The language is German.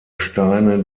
steine